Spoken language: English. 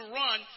run